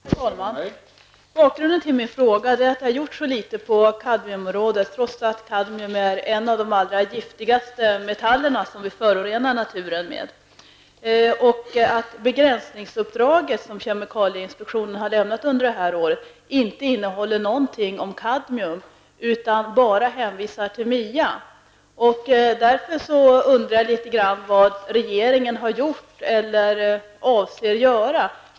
Herr talman! Bakgrunden till min fråga är att det har gjorts så litet på kadmiumområdet trots att kadmium är en av de allra giftigaste metallerna som vi förorenar naturen med. Begränsningsuppdraget som kemikalieinspektionen har lämnat under det här året innehåller inte någonting om kadmium. Det hänvisar bara till MIA. Jag undrar därför vad regeringen har gjort eller avser att göra.